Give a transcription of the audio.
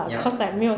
ya